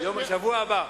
בשבוע הבא.